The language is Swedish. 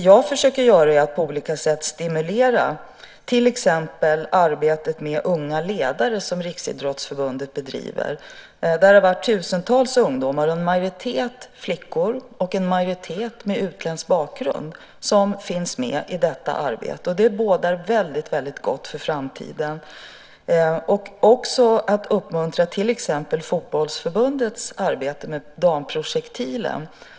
Jag försöker på olika sätt stimulera till exempel det arbete med unga ledare som Riksidrottsförbundet bedriver. Det har funnits tusentals ungdomar med där. En majoritet är flickor och en majoritet har utländsk bakgrund. Det bådar väldigt gott för framtiden. Det gäller också att uppmuntra till exempel Fotbollförbundets arbete med Damprojektilen.